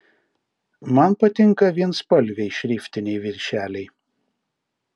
man patinka vienspalviai šriftiniai viršeliai